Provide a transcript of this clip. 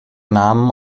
nahm